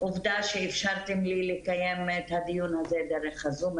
העובדה שאפשרתם לי לקיים את הדיון הזה דרך הזום,